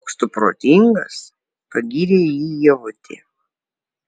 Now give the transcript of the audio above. koks tu protingas pagyrė jį ievutė